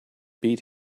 beat